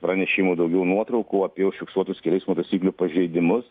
pranešimų daugiau nuotraukų apie užfiksuotus kelių eismo taisyklių pažeidimus